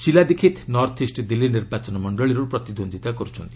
Sheila Dikshit north east Delhi ନିର୍ବାଚନ ମଣ୍ଡଳୀରୁ ପ୍ରତିଦ୍ୱନ୍ଦ୍ୱିତା କରୁଛନ୍ତି